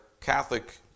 Catholic